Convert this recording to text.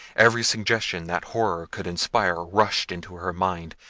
every suggestion that horror could inspire rushed into her mind.